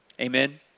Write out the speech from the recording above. amen